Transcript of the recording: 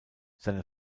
seine